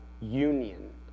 union